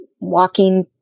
walking